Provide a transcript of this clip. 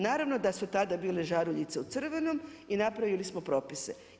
Naravno da su tada bile žaruljice u crvenom i napravili smo propise.